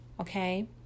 okay